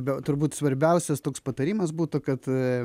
be turbūt svarbiausias toks patarimas būtų kad